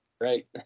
Right